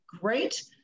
great